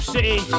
City